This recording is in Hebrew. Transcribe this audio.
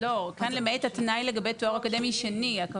כאן למעט התנאי לגבי תואר אקדמי שני.